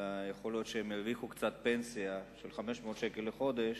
אלא יכול להיות שהם הרוויחו פנסיה קטנה של 500 שקל לחודש,